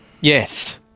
Yes